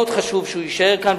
מאוד חשוב שהוא יישאר כאן.